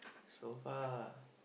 so far